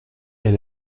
est